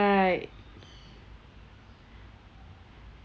right